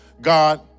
God